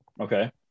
Okay